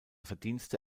verdienste